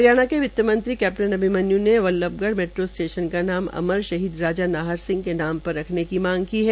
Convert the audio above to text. हरियाणा के वित्तमंत्री कैप्टन अभिमन्यू ने बल्लभगढ़ मेट्रो स्टेशन का नाम अमर शहीद राजा नाहर सिंह के नाम रखने की मांग की है